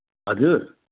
हजुर